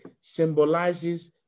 symbolizes